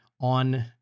on